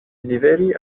liveri